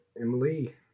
Emily